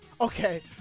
Okay